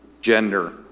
gender